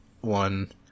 one